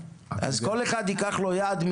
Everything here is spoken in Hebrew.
אז כל אחד ייקח לו יעד משנה.